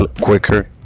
quicker